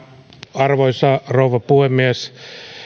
arvoisa rouva puhemies